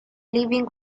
living